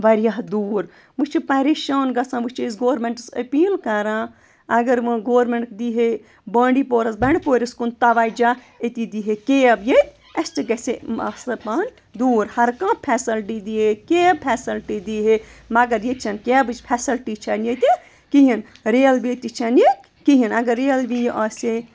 واریاہ دوٗر وۄنۍ چھِ پریشان گژھان وۄنۍ چھِ أسۍ گورمٮ۪نٛٹَس اپیٖل کَران اگر وۄنۍ گورمٮ۪نٛٹ دی ہے بانڈی پورَس بَنٛڈپورِس کُن تَوَجہ أتی دی ہے کیب ییٚتہِ اَسہِ تہِ گژھِ ہے مسلہٕ پہم دوٗر ہر کانٛہہ فیسَلٹی دی ہے کیب فیسلٹی دی ہے مگر ییٚتہِ چھَنہٕ کیبٕچ فیسَلٹی چھَنہٕ ییٚتہِ کِہیٖنۍ ریلوے تہِ چھَنہٕ ییٚتہِ کِہیٖنۍ اگر ریلوے یی آسہِ ہے